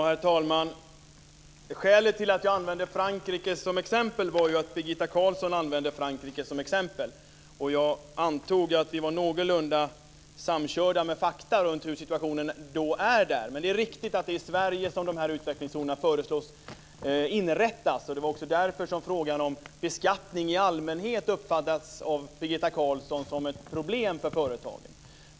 Herr talman! Skälet till att jag använde Frankrike som exempel var att Birgitta Carlsson använde Frankrike som exempel. Jag antog att vi var någorlunda samkörda vad gäller fakta runt hur situationen är där. Men det är riktigt att det är i Sverige som dessa utvecklingszoner föreslås inrättas, och det var också därför som jag frågade om Birgitta Carlsson uppfattar beskattning i allmänhet som ett problem för företagen.